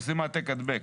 עושים העתק הדבק.